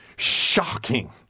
shocking